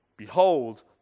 Behold